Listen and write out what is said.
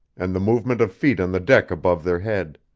and the movement of feet on the deck above their head.